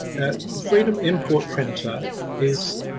the freedom import printer is,